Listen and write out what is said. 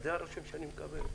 גם עסקתי בזה בכנסת הקודמת.